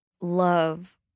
love